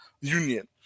union